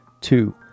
two